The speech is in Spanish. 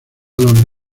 los